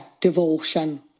Devotion